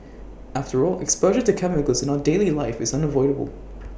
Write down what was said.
after all exposure to chemicals in our daily life is unavoidable